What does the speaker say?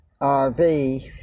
RV